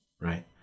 right